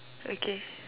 okay